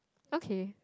okay